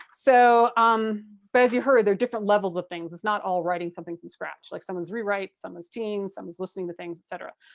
so um but as you heard they're different levels of things. it's not all writing something from scratch. like someone's rewrites. someone's team. someone's listening to things, etc.